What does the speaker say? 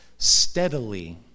Steadily